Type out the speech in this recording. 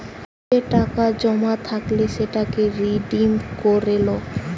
যে টাকা জমা থাইকলে সেটাকে রিডিম করে লো